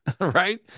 right